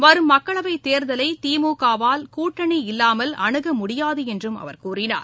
வரும் மக்களவைத் தேர்தலைதிமுகவால் கூட்டணி இல்லாமல் அனுகமுடியாதுஎன்றும் அவர் கூறினார்